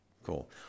Cool